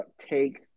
take